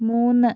മൂന്ന്